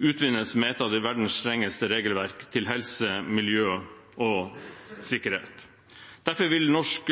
utvinnes med et av verdens strengeste regelverk til helse, miljø og sikkerhet. Derfor vil norsk